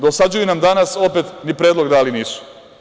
Dosađuju nam danas opet, ni predlog dali nisu.